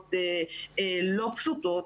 מהמורות לא פשוטות,